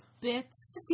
bits